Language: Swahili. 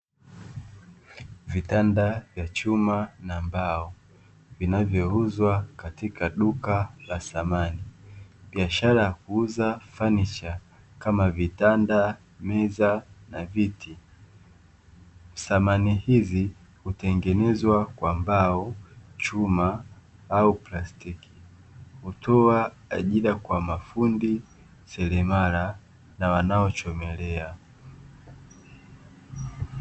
Vitanda vya chuma na mbao vinavyouzwa katika duka la samani. Biashara ya kuuza fanicha kama vitanda, meza na viti samani hizi hutengenezwa kwa mbao, chuma au plastiki utoa ajira kwa mafundi selemara na wanaochomelea.